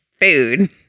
food